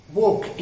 walk